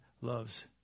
loves